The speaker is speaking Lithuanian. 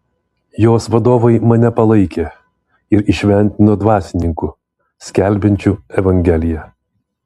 jos vadovai mane palaikė ir įšventino dvasininku skelbiančiu evangeliją